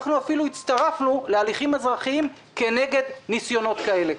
אנחנו אפילו הצטרפנו להליכים אזרחיים כנגד ניסיונות כאלה.